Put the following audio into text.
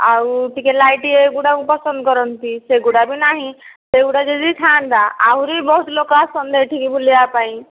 ଆଉ ଟିକେ ଲାଇଟ ଏଗୁଡ଼ାକୁ ପସନ୍ଦ କରନ୍ତି ସେଗୁଡ଼ା ବି ନାହିଁ ସେଗୁଡ଼ା ଯଦି ଥାଆନ୍ତା ଆହୁରି ବହୁତ ଲୋକ ଆସନ୍ତେ ଏଠିକି ବୁଲିବା ପାଇଁ